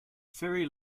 ferry